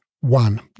One